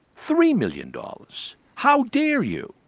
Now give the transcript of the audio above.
three million dollars. how dare you?